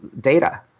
data